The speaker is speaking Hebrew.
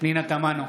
פנינה תמנו,